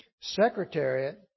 Secretariat